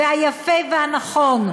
היפה והנכון,